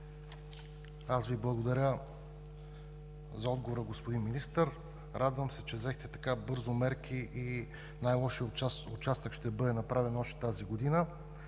Аз Ви благодаря за отговора, господин Министър. Радвам се, че взехте така бързо мерки и най-лошият участък ще бъде направен още тази година.